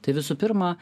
tai visų pirma